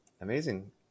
Amazing